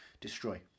destroy